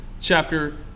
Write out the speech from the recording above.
chapter